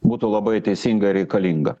būtų labai teisinga ir reikalinga